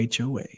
HOA